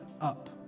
up